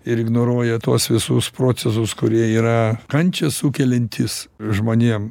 ir ignoruoja tuos visus procesus kurie yra kančią sukeliantys žmonėm